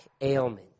ailment